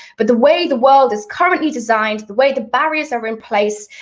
but the way the world is currently designed, the way the barriers are in place,